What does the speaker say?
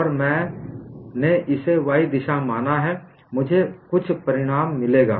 और जब से मैंने इसे y दिशा माना है मुझे कुछ परिमाण मिलेगा